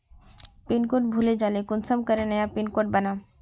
Pin code भूले जाले कुंसम करे नया पिन कोड बनाम?